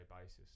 basis